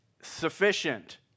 sufficient